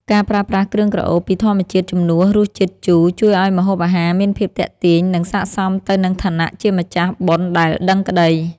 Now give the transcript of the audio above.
ការប្រើប្រាស់គ្រឿងក្រអូបពីធម្មជាតិជំនួសរសជាតិជូរជួយឱ្យម្ហូបអាហារមានភាពទាក់ទាញ និង សក្តិសមទៅនឹងឋានៈជាម្ចាស់បុណ្យដែលដឹងក្តី។